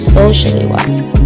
socially-wise